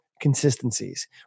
consistencies